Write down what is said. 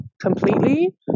completely